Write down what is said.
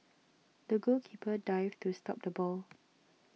the goalkeeper dived to stop the ball